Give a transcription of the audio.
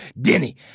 Denny